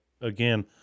again